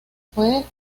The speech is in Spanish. fue